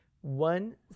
one